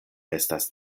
estas